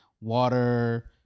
Water